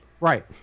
Right